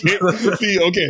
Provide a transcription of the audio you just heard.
Okay